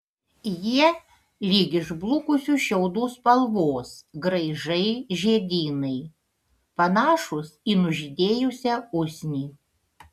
jie lyg išblukusių šiaudų spalvos graižai žiedynai panašūs į nužydėjusią usnį